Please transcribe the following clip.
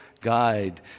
guide